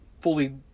fully